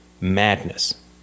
madness